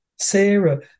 Sarah